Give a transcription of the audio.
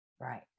Right